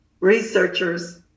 researchers